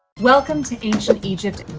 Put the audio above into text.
welcome to ancient egypt,